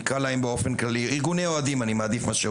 נקרא להם ארגוני אוהדים אני מעדיף מאשר